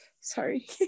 sorry